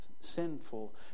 sinful